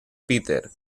peter